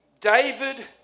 David